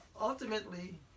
ultimately